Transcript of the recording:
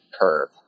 Curve